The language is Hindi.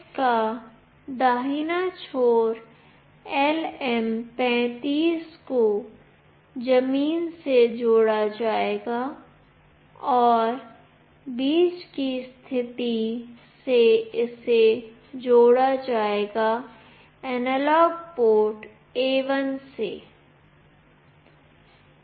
इस का दाहिना छोर LM 35 को जमीन से जोड़ा जाएगा और बीच की स्थिति से इसे जोड़ा जाएगा एनालॉग पोर्ट A1 से